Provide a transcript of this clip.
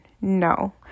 No